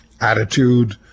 attitude